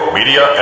Media